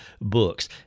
books